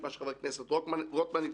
את מה שחבר הכנסת רוטמן הציע,